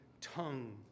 tongue